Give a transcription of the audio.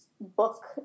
book